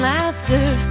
Laughter